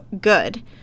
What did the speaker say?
good